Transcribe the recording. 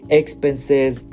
expenses